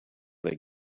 they